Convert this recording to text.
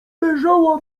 leżała